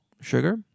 sugar